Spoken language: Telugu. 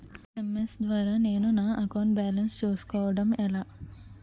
ఎస్.ఎం.ఎస్ ద్వారా నేను నా అకౌంట్ బాలన్స్ చూసుకోవడం ఎలా?